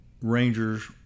Rangers